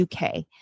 UK